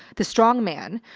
the strong man.